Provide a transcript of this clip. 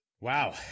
Wow